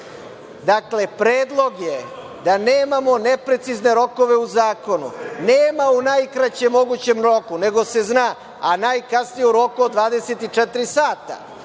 preda. Dakle, predlog je da nemamo neprecizne rokove u zakonu. Nema u najkraćem mogućem roku, nego se zna - a najkasnije u roku od 24 sata,